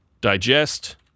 digest